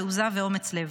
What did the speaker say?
תעוזה ואומץ לב".